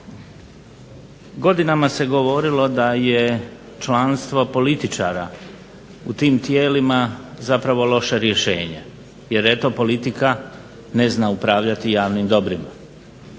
Godinama se govorilo da je članstvo političara u tim tijelima zapravo loše rješenje jer eto politika ne zna upravljati javnim dobrima.